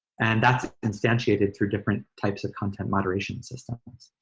and that's instantiated through different types of content moderation systems.